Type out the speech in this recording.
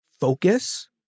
focus